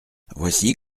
voici